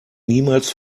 niemals